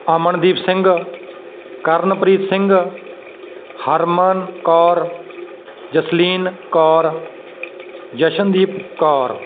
Amandeep Singh Karanpreet Singh Harman Kaur Jasleen Kaur Jashandeep Kaur